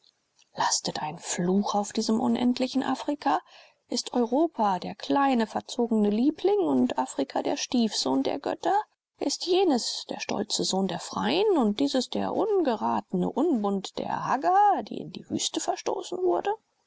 lastet ein fluch auf diesem unendlichen afrika ist europa der kleine verzogene liebling und afrika der stiefsohn der götter ist jenes der stolze sohn der freien und dieses der ungeratene unband der hagar die in die wüste verstoßen wurde